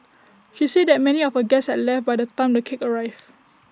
she said that many of her guests had left by the time the cake arrived